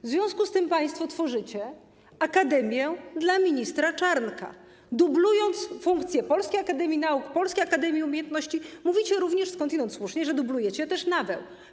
W związku z tym państwo tworzycie akademię dla ministra Czarnka, dublując funkcję Polskiej Akademii Nauk, Polskiej Akademii Umiejętności, mówicie również, skądinąd słusznie, że dublujecie też Nawę.